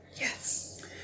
Yes